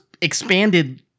expanded